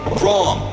wrong